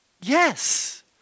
Yes